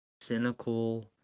cynical